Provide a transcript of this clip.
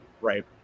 right